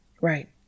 Right